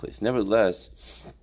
Nevertheless